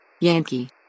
Yankee